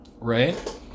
right